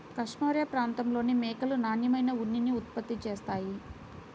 cashmere ప్రాంతంలోని మేకలు నాణ్యమైన ఉన్నిని ఉత్పత్తి చేస్తాయి